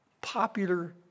popular